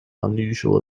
unusual